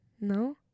No